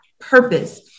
purpose